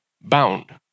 bound